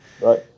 right